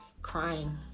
Crying